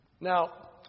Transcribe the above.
Now